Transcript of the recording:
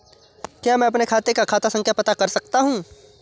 क्या मैं अपने खाते का खाता संख्या पता कर सकता हूँ?